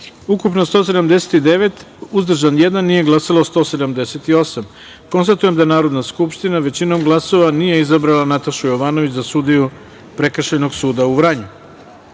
ukupno - 179, uzdržan jedan, nije glasalo 178.Konstatujem da Narodna skupština većinom glasova nije izabrala Natašu Jovanović za sudiju Prekršajnog suda u Vranju.2.